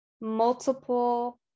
multiple